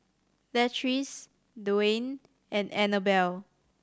Latrice Dwaine and Annabell